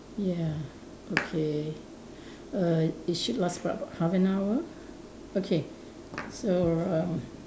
ya okay err it should last about half an hour okay so uh